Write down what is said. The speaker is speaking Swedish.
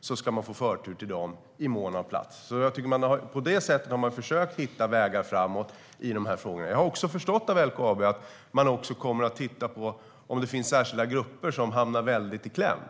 uppstår ska man få förtur i mån av plats. På det sättet har LKAB försökt hitta vägar framåt i de här frågorna. Jag har också förstått att LKAB kommer att titta på om det finns särskilda grupper som hamnar väldigt i kläm.